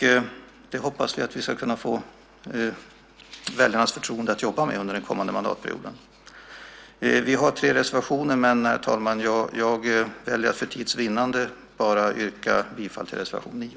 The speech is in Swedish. Vi hoppas att vi ska kunna få väljarnas förtroende att jobba med detta under den kommande mandatperioden. Vi har tre reservationer, herr talman, men jag väljer för tids vinnande att yrka bifall enbart till reservation 9.